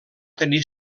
tenir